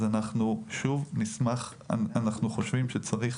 אנחנו חושבים שצריך